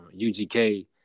UGK